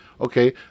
okay